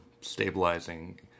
stabilizing